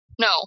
No